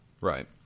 right